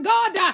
God